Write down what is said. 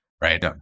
right